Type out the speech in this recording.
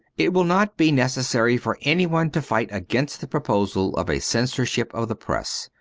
it will not be necessary for anyone to fight against the proposal of a censorship of the press.